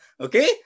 okay